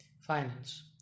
Finance